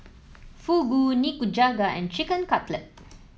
Fugu Nikujaga and Chicken Cutlet